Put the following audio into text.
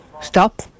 stop